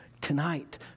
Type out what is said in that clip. tonight